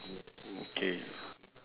okay